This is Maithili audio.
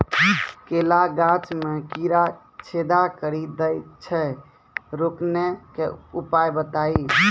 केला गाछ मे कीड़ा छेदा कड़ी दे छ रोकने के उपाय बताइए?